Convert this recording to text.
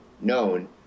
known